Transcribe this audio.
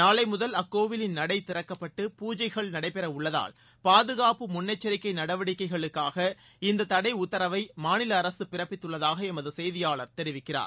நாளைமுதல் அக்கோவிலின் நடை திறக்கப்பட்டு பூஜைகள் நடைபெற உள்ளதால் பாதுகாப்பு முன்னெச்சரிக்கை நடவடிக்கைகளுக்காக இந்த தடை உத்தரவை மாநில அரசு பிறப்பித்துள்ளதாக எமது செய்தியாளர் தெரிவிக்கிறார்